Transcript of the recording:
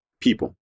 people